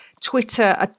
Twitter